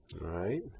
right